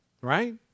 Right